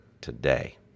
today